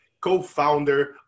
co-founder